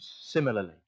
similarly